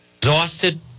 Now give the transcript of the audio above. exhausted